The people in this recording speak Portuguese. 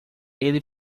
ele